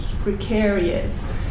precarious